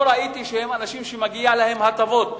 לא ראיתי שהם אנשים שמגיע להם הטבות.